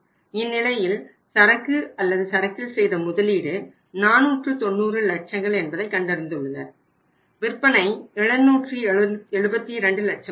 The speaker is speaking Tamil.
இந்நிலையில் சரக்கு அல்லது சரக்கில் செய்த முதலீடு 490 லட்சங்கள் என்பதை கண்டறிந்துள்ளனர் விற்பனை 772 லட்சமாகும்